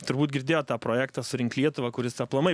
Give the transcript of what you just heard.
turbūt girdėjot tą projektą surink lietuvą kuris aplamai